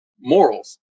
morals